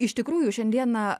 iš tikrųjų šiandieną